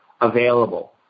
available